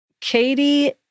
Katie